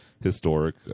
historic